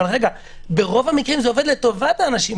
אבל רגע, ברוב המקרים זה עובד לטובת האנשים.